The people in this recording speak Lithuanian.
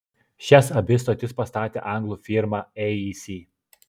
šias abi stotis pastatė anglų firma aec